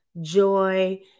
joy